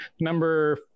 number